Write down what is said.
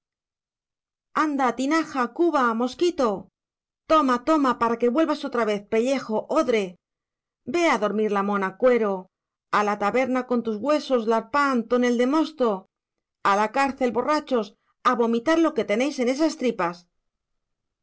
anda tinaja cuba mosquito toma toma para que vuelvas otra vez pellejo odre ve a dormir la mona cuero a la taberna con tus huesos larpán tonel de mosto a la cárcel borrachos a vomitar lo que tenéis en esas tripas